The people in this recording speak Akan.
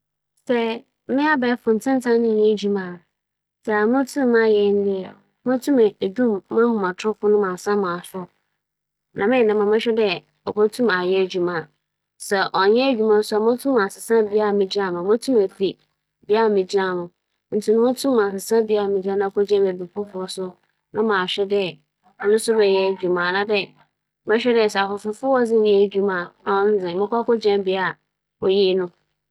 Sɛ munntum nnkͻ abaefor ntsentan kɛse no do a, adze a meyɛ nye dɛ, mudum mo "phone" no bɛyɛ sema ebien bi na ͻno ekyir no mo sͻ. Mo sͻ na sɛ ͻmmba a, dza meyɛ nye dɛ, mokͻhwehwɛ obi a onyim "phone" mu yie ma ͻfekyer fekyer mu na obowie no, na ͻayɛ ama me. Mo nua a midzi n'ekyir na ͻtaa yɛ dɛm adze no ma me.